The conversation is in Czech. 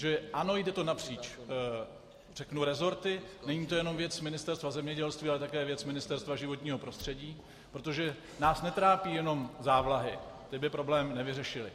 Takže ano, jde to napříč resorty, není to jenom věc Ministerstva zemědělství, ale také věc Ministerstva životního prostředí, protože nás netrápí jenom závlahy, ty by problém nevyřešily.